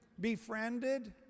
befriended